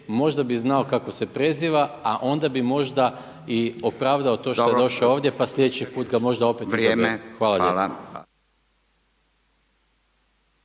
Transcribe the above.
možda bi znao kako se preziva, a onda bi možda i opravdao to što je došao ovdje, pa sljedeći puta možda opet ……